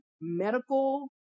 medical